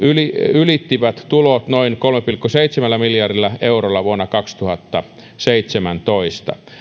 ylittivät tulot noin kolmella pilkku seitsemällä miljardilla eurolla vuonna kaksituhattaseitsemäntoista